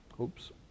Oops